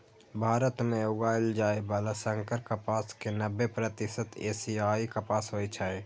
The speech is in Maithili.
भारत मे उगाएल जाइ बला संकर कपास के नब्बे प्रतिशत एशियाई कपास होइ छै